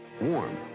Warm